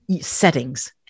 settings